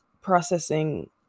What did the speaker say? processing